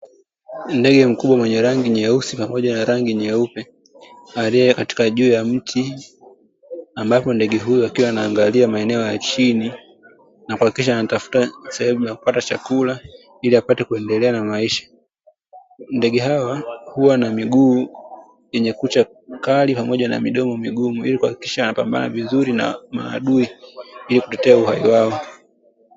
Ndege mkubwa mwenye rangi nyeusi pamoja na rangi nyeupe, aliye katika juu ya mti ambako ndege huyo akiwa anaangalia maeneo ya chini na kuhakikisha anatafuta sehemu ya kupata chakula ili apate kuendelea na maisha. Ndege hawa huwa na miguu yenye kucha kali pamoja na midomo migumu ili kuhakikisha anapambana vizuri na maadui ili kutetea uhai wao.